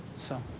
so